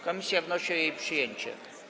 Komisja wnosi o jej przyjęcie.